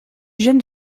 jeune